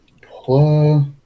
Plus